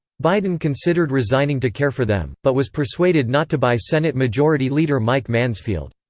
biden considered resigning to care for them, but was persuaded not to by senate majority leader mike mansfield.